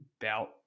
belt